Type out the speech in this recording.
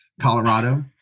Colorado